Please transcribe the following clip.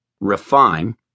Refine